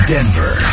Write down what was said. Denver